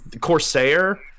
Corsair